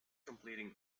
completing